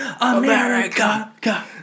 America